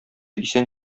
исән